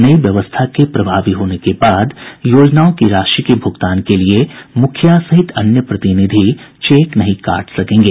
नयी व्यवस्था के प्रभावी होने के बाद योजनाओं की राशि के भुगतान के लिए मुखिया सहित अन्य प्रतिनिधि चेक नहीं काट सकेंगे